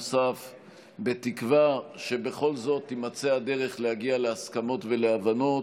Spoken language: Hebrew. בתקווה שבכל זאת תימצא הדרך להגיע להסכמות ולהבנות.